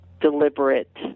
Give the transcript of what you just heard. deliberate